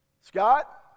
Scott